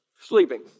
Sleeping